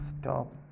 stop